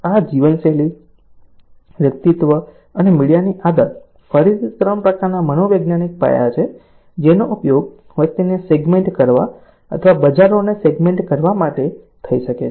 આ જીવનશૈલી વ્યક્તિત્વ અને મીડિયાની આદત ફરીથી 3 પ્રકારના મનોવૈજ્ઞાનિક પાયા છે જેનો ઉપયોગ વસ્તીને સેગ્મેન્ટ કરવા અથવા બજારોને સેગ્મેન્ટ કરવા માટે થઈ શકે છે